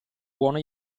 buona